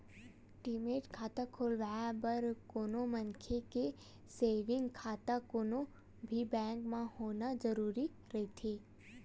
demat खाता खोलवाय बर कोनो मनखे के सेंविग खाता कोनो भी बेंक म होना जरुरी रहिथे